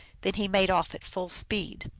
then he made off at full speed.